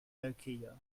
nokia